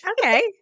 okay